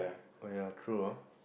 oh ya true ah